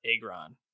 agron